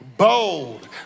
Bold